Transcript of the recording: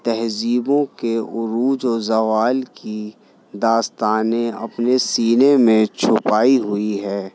تہذیبوں کے عروج و زوال کی داستانیں اپنے سینے میں چھپائی ہوئی ہے